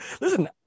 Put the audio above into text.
Listen